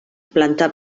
planta